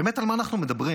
באמת, על מה אנחנו מדברים?